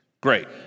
great